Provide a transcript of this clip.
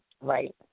Right